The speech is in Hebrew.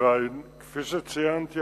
כפי שציינתי,